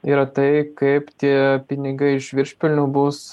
yra tai kaip tie pinigai iš viršpelnių bus